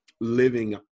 living